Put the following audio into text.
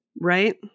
Right